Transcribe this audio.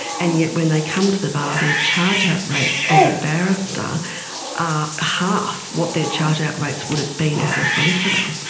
and yet when they come to the bar their charge out rates as a barrister are half what their charge out rates would have been as a solicitor. um